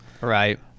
Right